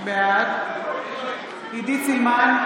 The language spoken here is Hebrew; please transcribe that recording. בעד עידית סילמן,